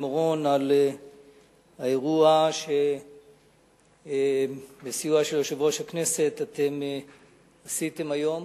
אורון על האירוע שבסיוע של יושב-ראש הכנסת אתם עשיתם היום.